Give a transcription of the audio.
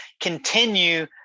continue